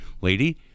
lady